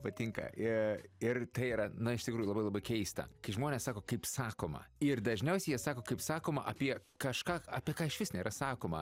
patinka ir ir tai yra na iš tikrųjų labai labai keista kai žmonės sako kaip sakoma ir dažniausiai jie sako kaip sakoma apie kažką apie ką išvis nėra sakoma